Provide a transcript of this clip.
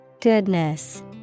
Goodness